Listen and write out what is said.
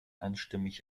einstimmig